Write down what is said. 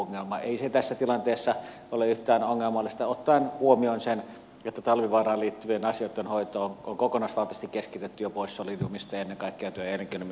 ei se tässä tilanteessa ole yhtään ongelmallista ottaen huomioon sen että talvivaaraan liittyvien asioitten hoito on kokonaisvaltaisesti keskitetty jo pois solidiumista ja ennen kaikkea työ ja elinkeinoministeriön vastuulle